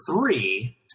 three